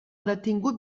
detingut